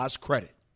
credit